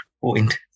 point